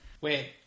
Wait